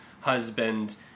husband